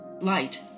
Light